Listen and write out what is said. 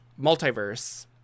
multiverse